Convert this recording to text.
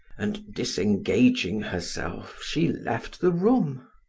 and disengaging herself she left the room.